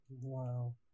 Wow